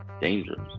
Dangerous